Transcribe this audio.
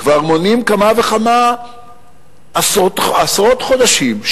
כבר מונים כמה וכמה עשרות חודשים,